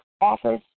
office